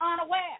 unaware